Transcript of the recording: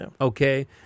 Okay